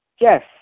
Yes